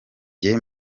jye